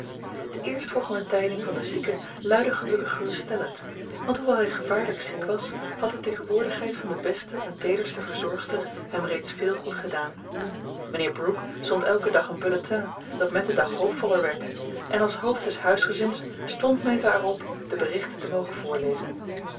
de eerstvolgende tijding van den zieke luidde gelukkig geruststellend want hoewel hij gevaarlijk ziek was had de tegenwoordigheid van de beste en teederste verzorgster hem reeds veel goed gedaan mijnheer brooke zond elken dag een bulletin dat met den dag hoopvoller werd en als hoofd des huisgezins stond meta er op de berichten te mogen voorlezen